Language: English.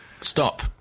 Stop